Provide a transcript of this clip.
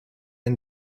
and